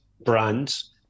brands